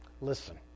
listen